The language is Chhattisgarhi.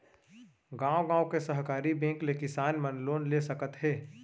गॉंव गॉंव के सहकारी बेंक ले किसान मन लोन ले सकत हे